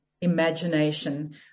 imagination